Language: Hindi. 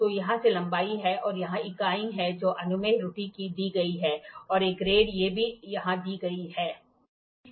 तो यहाँ ये लंबाई हैं और यहाँ इकाइयाँ हैं जो अनुमेय त्रुटि दी गई हैं और एक ग्रेड ये भी यहाँ दी गई हैं